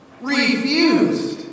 refused